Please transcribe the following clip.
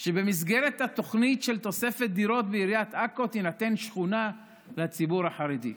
שבמסגרת התוכנית של תוספת דירות בעיריית עכו תינתן שכונה לציבור החרדי.